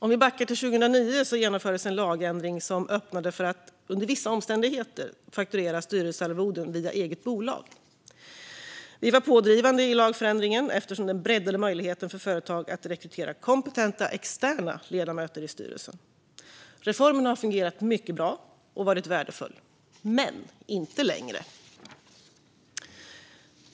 Om vi backar till 2009 genomfördes en lagändring som öppnade för att under vissa omständigheter fakturera styrelsearvoden via eget bolag. Vi var pådrivande i lagförändringen eftersom den breddade möjligheten för företag att rekrytera kompetenta externa ledamöter i styrelsen. Reformen har fungerat mycket bra och varit värdefull - men inte längre.